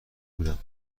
بودم